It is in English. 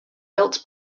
belt